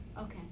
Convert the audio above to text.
Okay